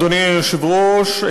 אדוני היושב-ראש,